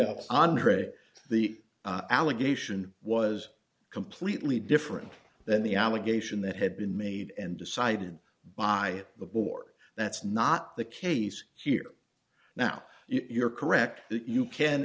have andre the allegation was completely different than the allegation that had been made and decided by the board that's not the case here now you're correct that you can